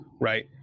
right